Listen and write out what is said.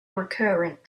recurrent